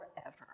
forever